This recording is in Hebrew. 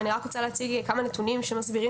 אבל אני רוצה להציג כמה נתונים שמסבירים